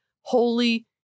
Holy